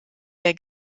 der